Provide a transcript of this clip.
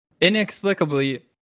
Inexplicably